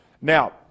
Now